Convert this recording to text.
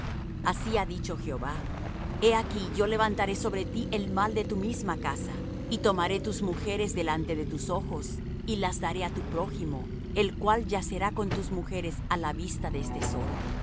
así ha dicho jehová he aquí yo levantaré sobre ti el mal de tu misma casa y tomaré tus mujeres delante de tus ojos y las daré á tu prójimo el cual yacerá con tus mujeres á la vista de este sol